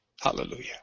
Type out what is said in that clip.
hallelujah